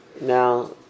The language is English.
Now